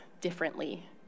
differently